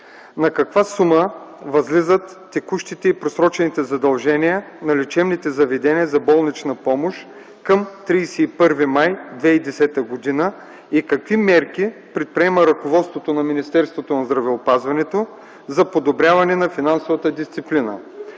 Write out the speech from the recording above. на каква сума възлизат текущите и просрочените задължения на лечебните заведения за болнична помощ към 31 май 2010 г. и какви мерки предприема ръководството на Министерството на здравеопазването за подобряване на финансовата дисциплина?